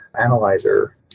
analyzer